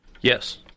Yes